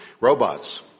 robots